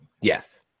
yes